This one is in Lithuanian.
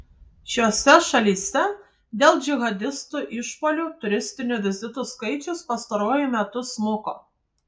šiose šalyse dėl džihadistų išpuolių turistinių vizitų skaičius pastaruoju metu smuko